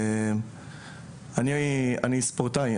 אני חייל וספורטאי,